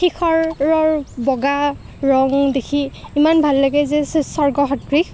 শিখৰৰ বগা ৰং দেখি ইমান ভাল লাগে যে স্বৰ্গ সদৃশ